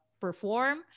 perform